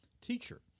Teacher